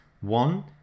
One